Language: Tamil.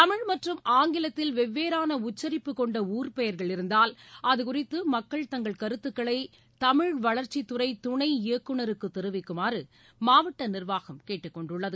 தமிழ் மற்றும் ஆங்கிலத்தில் வெவ்வேறான உச்சரிப்பு கொண்ட ஊர் பெயர்கள் இருந்தால் அதுகுறித்து மக்கள் தங்கள் கருத்துக்களை தமிழ்வளர்ச்சித்துறை துணை இயக்குநருக்கு தெரிவிக்குமாறு மாவட்ட நிர்வாகம் கேட்டுக் கொண்டுள்ளது